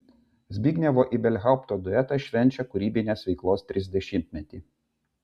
zbignevo ibelhaupto duetas švenčia kūrybinės veiklos trisdešimtmetį